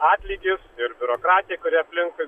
atlygis ir biurokratija kuri aplinkui